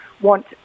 want